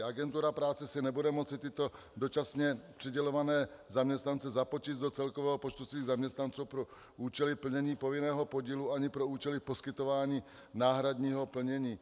Agentura práce si nebude moci tyto dočasně přidělované zaměstnance započíst do celkového počtu svých zaměstnanců pro účely plnění povinného podílu ani pro účely poskytování náhradního plnění.